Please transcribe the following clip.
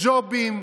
ג'ובים,